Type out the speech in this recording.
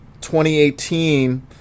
2018